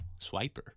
swiper